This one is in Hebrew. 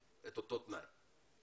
את אותו תנאי?